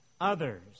others